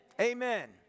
Amen